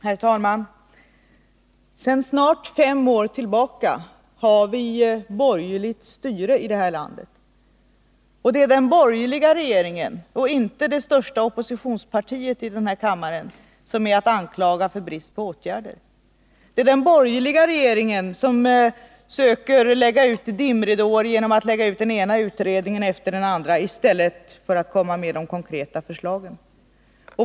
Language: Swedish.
Herr talman! Sedan snart fem år tillbaka har vi borgerligt styre i det här landet, och det är den borgerliga regeringen och inte det största oppositionspartiet i riksdagen som är att anklaga för brist på åtgärder. Det är den borgerliga regeringen som söker lägga ut dimridåer genom att tillsätta den ena utredningen efter den andra i stället för att komma med konkreta förslag.